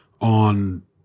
on